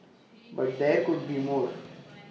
but there could be more